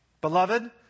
Beloved